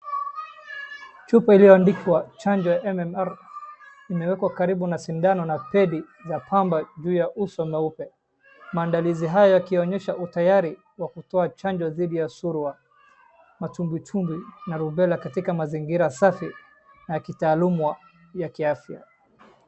Chupa iliyoandikwa chanjo ya MMR imewekwa karibu na sindano na pedi za pamba juu ya uso nyeupe. Maandalizi haya yakionyesha utayari wa kutoa chanjo dhidi ya surua, matumbwitumbwi na rubela katika mazingira safi na ya kitaalumu ya kiafya.